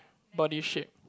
body shape